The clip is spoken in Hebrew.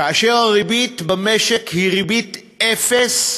כאשר הריבית במשק היא ריבית אפס,